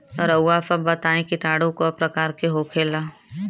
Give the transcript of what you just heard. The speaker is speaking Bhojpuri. रउआ सभ बताई किटाणु क प्रकार के होखेला?